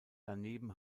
daneben